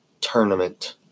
tournament